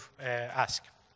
ask